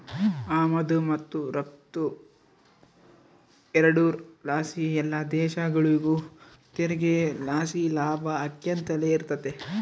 ಆಮದು ಮತ್ತು ರಫ್ತು ಎರಡುರ್ ಲಾಸಿ ಎಲ್ಲ ದೇಶಗುಳಿಗೂ ತೆರಿಗೆ ಲಾಸಿ ಲಾಭ ಆಕ್ಯಂತಲೆ ಇರ್ತತೆ